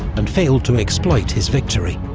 and failed to exploit his victory.